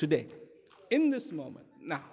today in this moment no